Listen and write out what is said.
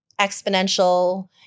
exponential